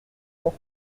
mon